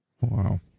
Wow